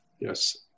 Yes